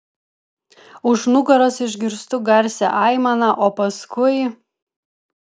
už nugaros išgirstu garsią aimaną o paskui